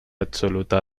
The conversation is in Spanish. absoluta